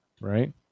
right